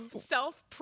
self